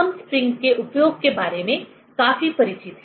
हम स्प्रिंग के उपयोग के बारे में काफी परिचित हैं